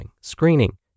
screening